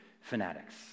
fanatics